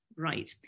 Right